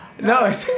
No